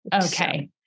Okay